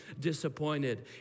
disappointed